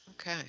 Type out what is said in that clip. Okay